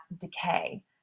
decay